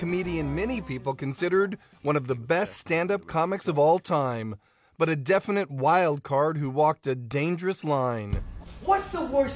comedian many people considered one of the best standup comics of all time but a definite wild card who walked a dangerous line what's the wors